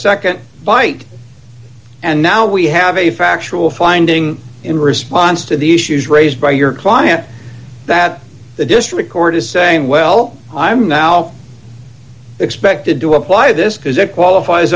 a nd bite and now we have a factual finding in response to the issues raised by your client that the district court is saying well i'm now expected to apply this because it qualifies